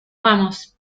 vamos